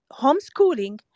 homeschooling